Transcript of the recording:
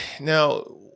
Now